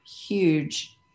huge